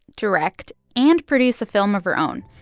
direct and produce a film of her own.